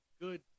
good